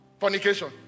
fornication